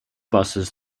buses